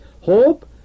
Hope